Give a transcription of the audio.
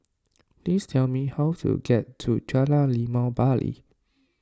please tell me how to get to Jalan Limau Bali